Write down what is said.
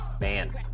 Man